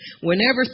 whenever